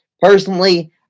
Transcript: Personally